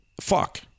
Fuck